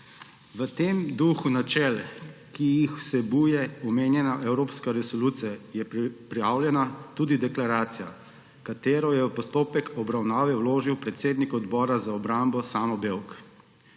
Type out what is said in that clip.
V tem duhu načel, ki jih vsebuje omenjena evropska resolucija, je prijavljena tudi deklaracija, katero je v postopek obravnave vložil predsednik Odbora za obrambo Samo Bevk.